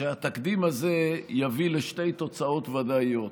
שהתקדים הזה יביא לשתי תוצאות ודאיות.